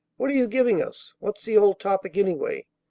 what are you giving us? what's the old topic, anyway?